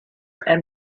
and